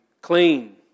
clean